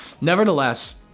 Nevertheless